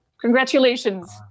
congratulations